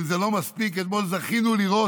אם זה לא מספיק, אתמול זכינו לראות,